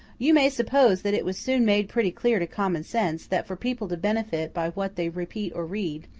you may suppose that it was soon made pretty clear to common sense, that for people to benefit by what they repeat or read,